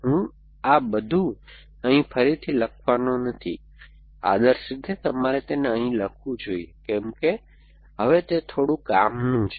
હું આ બધું અહીં ફરીથી લખવાનો નથી આદર્શ રીતે તમારે તેને અહીં લખવું જોઈએ કેમકે હવે તે થોડું કામનું છે